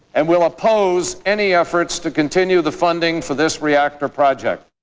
and will oppose any efforts to continue the funding for this reactor project.